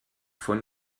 von